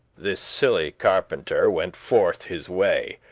this silly carpenter went forth his way,